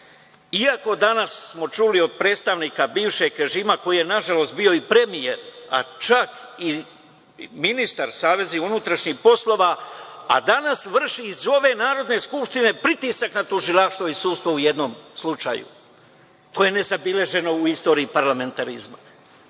smo danas čuli od predstavnika bivšeg režima, koji je na žalost bio i premijer, a čak i ministar savezni unutrašnjih poslova, a danas vrši iz ove Narodne skupštine pritisak na tužilaštvo i sudstvo u jednom slučaju, to je nezabeleženo u istoriji parlamentarizma.